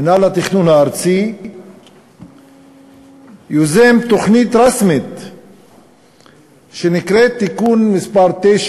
מינהל התכנון הארצי יוזם תוכנית רשמית שנקראת: תיקון מס' 9